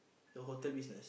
the hotel beside